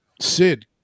Sid